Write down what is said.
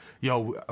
yo